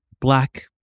Black